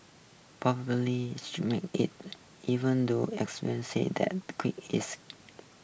even though experts say the queen is